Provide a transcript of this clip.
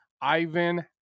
Ivan